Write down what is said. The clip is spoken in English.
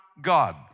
God